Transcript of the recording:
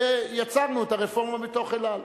ויצרנו את הרפורמה בתוך "אל על".